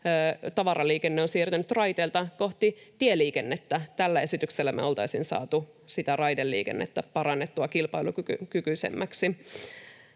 tavaraliikenne on siirtynyt raiteilta kohti tieliikennettä. Tällä esityksellä me oltaisiin saatu sitä raideliikennettä parannettua kilpailukykyisemmäksi.